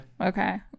Okay